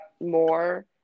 more